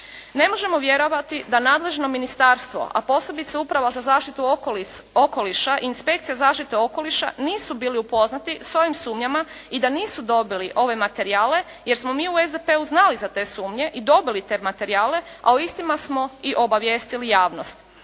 Ne možemo vjerovati da nadležno ministarstvo, a posebice uprava za zaštitu okoliša i inspekcija zaštite okoliša nisu bili upoznati s ovim sumnjama i da nisu dobili ove materijale jer smo mi u SDP-u znali za te sumnje i dobili te materijale, a o istima smo i obavijestili javnost.